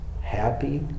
happy